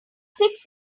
six